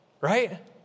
right